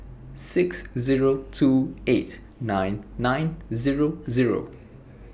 six Zero two eight nine nine Zero Zero